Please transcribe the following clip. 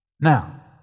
Now